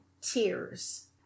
tears